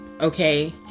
okay